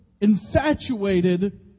infatuated